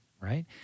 right